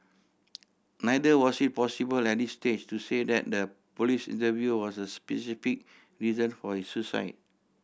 neither was it possible at this stage to say that the police interview was the specific reason for his suicide